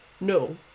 no